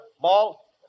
Ball